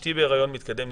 אשתי בהיריון מתקדם,